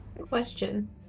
Question